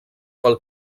pel